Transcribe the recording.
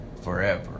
forever